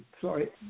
sorry